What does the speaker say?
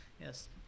Yes